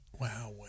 Wow